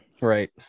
Right